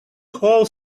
whole